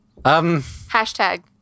Hashtag